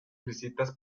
visitas